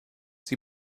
sie